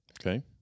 Okay